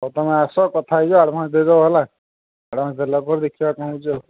ହଉ ତମେ ଆସ କଥା ହେଇଯା ଆଡ଼ଭାନ୍ସ ଦେଇଦେବ ହେଲା ଆଡ଼ଭାନ୍ସ ଦେଲା ପରେ ଦେଖିବା କ'ଣ ହଉଛି